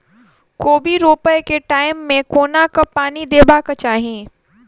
कोबी रोपय केँ टायम मे कोना कऽ पानि देबाक चही?